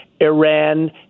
Iran